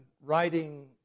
writing